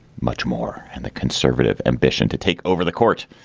much more. and the conservative ambition to take over the courts.